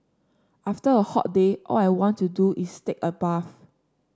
after a hot day all I want to do is take a bath